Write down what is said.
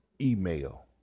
email